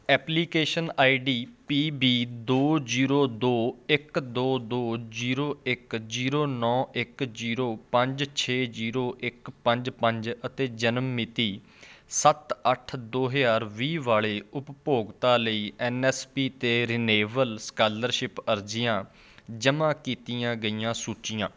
application I D P B ਦੋ zero ਦੋ ਇੱਕ ਦੋ ਦੋ ਜ਼ੀਰੋ ਇੱਕ ਜ਼ੀਰੋ ਨੌ ਇੱਕ ਜ਼ੀਰੋ ਪੰਜ ਛੇ ਜ਼ੀਰੋ ਇੱਕ ਪੰਜ ਪੰਜ ਅਤੇ ਜਨਮ ਮਿਤੀ ਸੱਤ ਅੱਠ ਦੋ ਹਜ਼ਾਰ ਵੀਹ ਵਾਲੇ ਉਪਭੋਗਤਾ ਲਈ ਐੱਨ ਐੱਸ ਪੀ 'ਤੇ ਰਿਨਿਵੇਲ ਸਕਾਲਰਸ਼ਿਪ ਅਰਜ਼ੀਆਂ ਜਮ੍ਹਾਂ ਕੀਤੀਆਂ ਗਈਆਂ ਸੂਚੀਆਂ